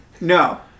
No